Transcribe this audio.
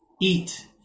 eat